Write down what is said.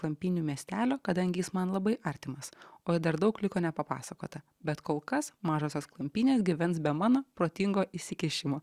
klampynių miestelio kadangi jis man labai artimas o dar daug liko nepapasakota bet kol kas mažosios klampynės gyvens be mano protingo įsikišimo